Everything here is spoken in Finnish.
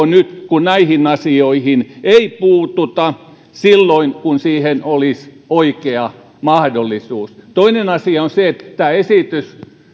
nyt kun näihin asioihin ei puututa silloin kun siihen olisi oikea mahdollisuus toinen asia on se että tämä esitys